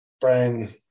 Brian